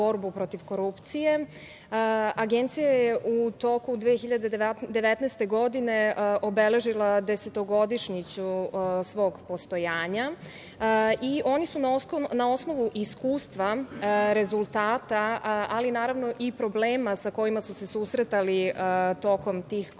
Agencija je u toku 2019. godine obeležila desetogodišnjicu svog postojanja. Oni su na osnovu iskustva, rezultata, ali naravno i problema sa kojima su se susretali tokom tih godina